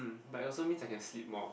like also means I can sleep more